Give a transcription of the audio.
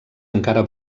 encara